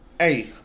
Hey